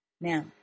now